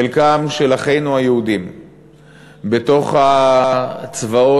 חלקם של אחינו היהודים בתוך הצבאות